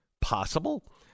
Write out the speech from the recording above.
Possible